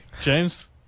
James